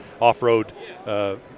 off-road